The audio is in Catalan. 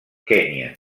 kenya